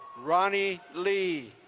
ronnie lee.